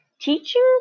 Teaching